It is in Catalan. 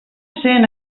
sent